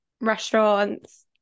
restaurants